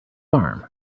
arm